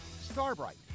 Starbright